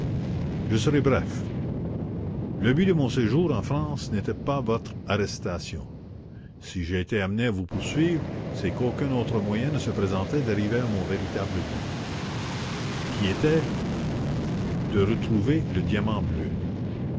je serai bref le but de mon séjour en france n'était pas votre arrestation si j'ai été amené à vous poursuivre c'est qu'aucun autre moyen ne se présentait d'arriver à mon véritable but qui était de retrouver le diamant bleu